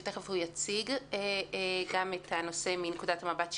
שתיכף יציג את הנושא מנקודת המבט שלו.